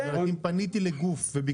אם פניתי לגוף.